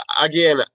Again